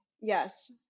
Yes